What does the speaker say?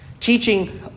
Teaching